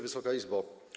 Wysoka Izbo!